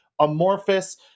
amorphous